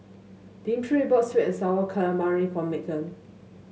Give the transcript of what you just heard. Dimitri bought sweet and sour calamari for Meghan